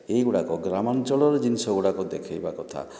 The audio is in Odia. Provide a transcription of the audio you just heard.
ଏଇ ଗୁଡ଼ାକ ଗ୍ରାମାଞ୍ଚଳର ଜିନିଷ ଗୁଡ଼ାକ ଦେଖାଇବା କଥା